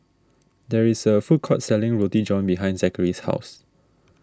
there is a food court selling Roti John behind Zachery's house